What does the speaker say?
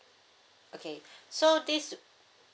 okay so this